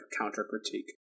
counter-critique